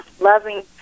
loving